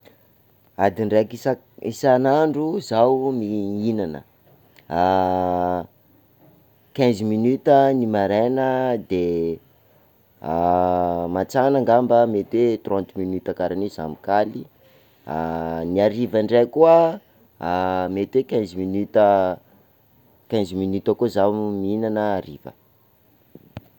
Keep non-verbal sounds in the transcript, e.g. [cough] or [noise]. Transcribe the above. Adiny raika isan- isan'andro zaho mi- mihinana, [hesitation] quinze minutes ny maraina, de [hesitation] matsagna ngamba mety hoe trente minutes karaha io zaho mikaly, ny hariva indray koa mety hoe quinze minutes, quinze minutes eo koa zaho mihinana hariva.